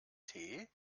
tee